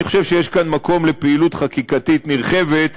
אני חושב שיש כאן מקום לפעילות חקיקתית נרחבת,